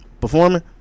Performing